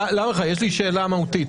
יש לי שאלה מהותית.